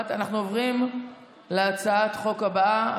אנחנו עוברים להצעת החוק הבאה,